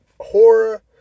horror